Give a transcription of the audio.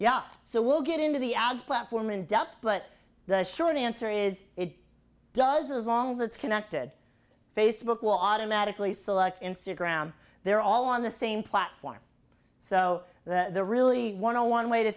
yeah so we'll get into the ad platform in depth but the short answer is it does as long as it's connected facebook will automatically select instagram they're all on the same platform so the really one on one way to